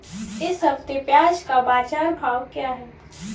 इस हफ्ते प्याज़ का बाज़ार भाव क्या है?